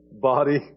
body